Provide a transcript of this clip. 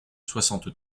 soixante